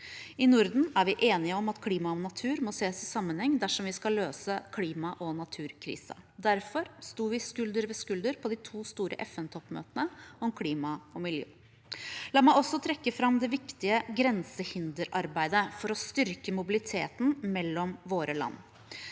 I Norden er vi enige om at klima og natur må ses i sammenheng dersom vi skal løse klima- og naturkrisen. Derfor stod vi skulder ved skulder på de to store FNtoppmøtene om klima og miljø. La meg også trekke fram det viktige grensehinderarbeidet for å styrke mobiliteten mellom våre land.